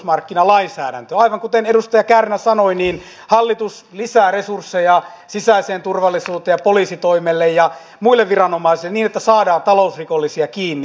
aivan kuten edustaja kärnä sanoi hallitus lisää resursseja sisäiseen turvallisuuteen ja poliisitoimelle ja muille viranomaisille niin että saadaan talousrikollisia kiinni